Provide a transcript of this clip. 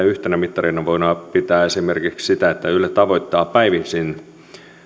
yhtenä mittarina voidaan pitää esimerkiksi sitä että yle tavoittaa päivisin